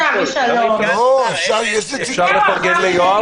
רגע, אפשר לשאול שאלות?